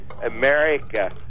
America